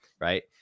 right